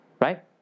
right